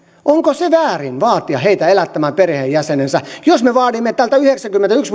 onko se väärin vaatia heitä elättämään perheenjäsenensä jos me vaadimme tältä yhdeksänkymmentäyksi